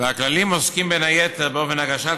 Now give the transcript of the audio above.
הכללים עוסקים בין היתר באופן הגשת